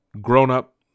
grown-up